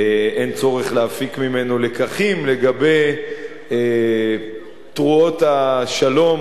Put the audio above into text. אין צורך להפיק ממנו לקחים לגבי תרועות השלום,